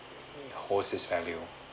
it holds its value